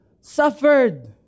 suffered